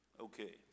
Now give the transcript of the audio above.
Okay